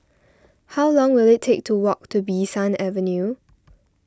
how long will it take to walk to Bee San Avenue